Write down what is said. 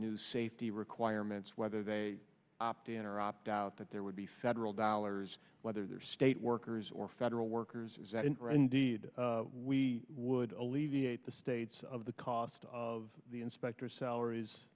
new safety requirements whether they opt in or opt out that there would be federal dollars whether they're state workers or federal workers is that in indeed we would alleviate the states of the cost of the inspector salar